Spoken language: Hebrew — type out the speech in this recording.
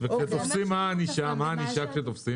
מה הענישה כשתופסים?